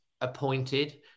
appointed